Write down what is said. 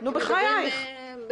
הם מדברים מרחוק.